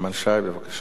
בבקשה, אדוני,